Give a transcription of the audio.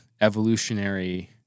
evolutionary